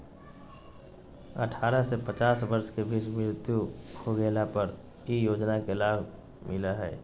अठारह से पचास वर्ष के बीच मृत्यु हो गेला पर इ योजना के लाभ मिला हइ